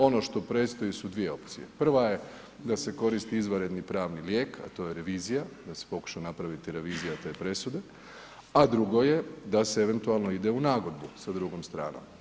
Ono što predstoji su 2 opcije, prva je da se koristi izvanredni pravni lijek, a to je revizija, da se pokuša napraviti revizija te presude, a druga je da se eventualno ide u nagodbu sa drugom stranom.